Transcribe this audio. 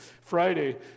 Friday